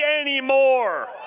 anymore